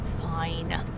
Fine